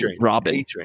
robin